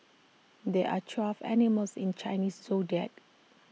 there are twelve animals in Chinese Zodiac